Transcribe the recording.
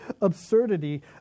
absurdity